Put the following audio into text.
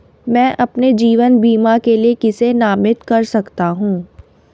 मैं अपने जीवन बीमा के लिए किसे नामित कर सकता हूं?